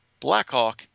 Blackhawk